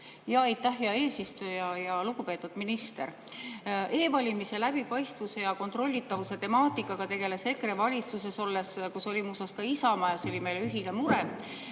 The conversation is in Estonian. Aitäh, hea eesistuja! Lugupeetud minister! E-valimiste läbipaistvuse ja kontrollitavuse temaatikaga tegeles EKRE valitsuses olles. Selles oli muuseas ka Isamaa ja see oli meie ühine mure.